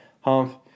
Humph